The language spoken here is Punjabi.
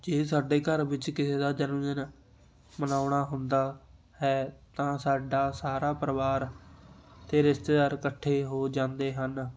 ਜੇ ਸਾਡੇ ਘਰ ਵਿੱਚ ਕਿਸੇ ਦਾ ਜਨਮ ਦਿਨ ਮਨਾਉਣਾ ਹੁੰਦਾ ਹੈ ਤਾਂ ਸਾਡਾ ਸਾਰਾ ਪਰਿਵਾਰ ਅਤੇ ਰਿਸ਼ਤੇਦਾਰ ਇਕੱਠੇ ਹੋ ਜਾਂਦੇ ਹਨ